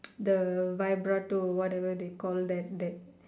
the vibrato whatever they call that that